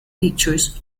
pictures